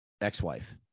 ex-wife